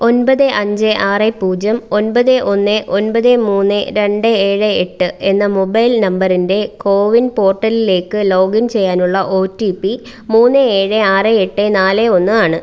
ഒൻപത് അഞ്ച് ആറ് പൂജ്യം ഒൻപത് ഒന്ന് ഒൻപത് മൂന്ന് രണ്ട് ഏഴ് എട്ട് എന്ന മൊബൈൽ നമ്പറിൻ്റെ കോവിൻ പോർട്ടലിലേക്ക് ലോഗിൻ ചെയ്യാനുള്ള ഒ ടി പി മൂന്ന് ഏഴ് ആറ് എട്ട് നാല് ഒന്ന് ആണ്